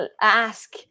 ask